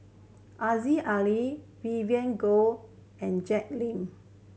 Aziza Ali Vivien Goh and Jay Lim